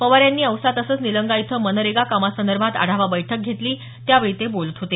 पवार यांनी औसा तसंच निलंगा इथं मनरेगा कामा संदर्भात आढावा बैठक घेतली त्यावेळी ते बोलत होते